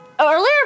Earlier